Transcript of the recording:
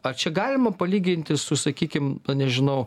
ar čia galima palyginti su sakykim nežinau